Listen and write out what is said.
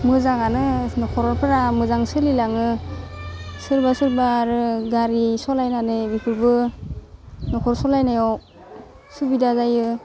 मोजांआनो न'खरफोरा मोजां सोलिलाङो सोरबा सोरबा आरो गारि सलायनानै बेफोरबो न'खर सलायनायाव सुबिदा जायो